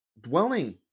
dwelling